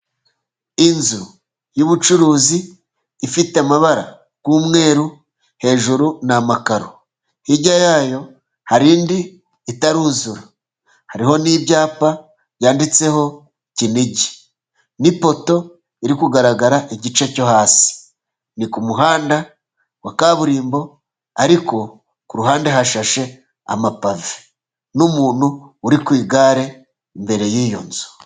Inzu y'ubucuruzi ifite amabara y'umweru, hejuru ni amakaro ,hirya yayo hari indi itaruzura hariho n'ibyapa byanditseho Kinigi n'ipoto iri kugaragara igice cyo hasi, ni ku muhanda wa kaburimbo ariko ku ruhande hashashe amapave n'umuntu uri ku igare mbere y'iyo nzu.